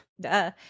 duh